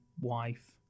wife